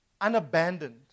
unabandoned